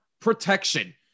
Protection